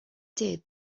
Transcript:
did